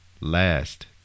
Last